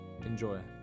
Enjoy